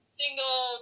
single